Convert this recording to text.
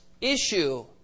issue